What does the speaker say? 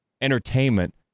Entertainment